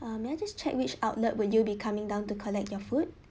um may I just check which outlet would you be coming down to collect your food